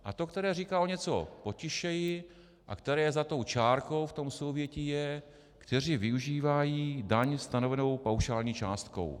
A to, které říkal o něco potišeji a které je za tou čárkou v tom souvětí, je kteří využívají daň stanovenou paušální částkou.